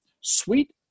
Sweet